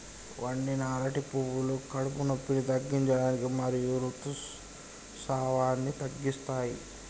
వండిన అరటి పువ్వులు కడుపు నొప్పిని తగ్గించడానికి మరియు ఋతుసావాన్ని తగ్గిస్తాయి